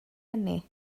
eni